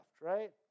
right